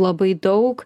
labai daug